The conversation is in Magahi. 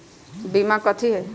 बीमा कथी है?